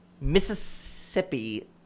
mississippi